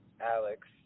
Alex